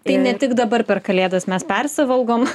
tai ne tik dabar per kalėdas mes persivalgom